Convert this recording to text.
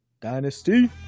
Dynasty